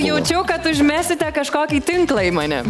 jaučiau kad užmesite kažkokį tinklą į mane